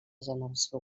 generació